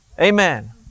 Amen